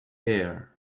air